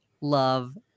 love